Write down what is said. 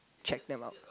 check them out